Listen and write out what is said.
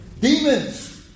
Demons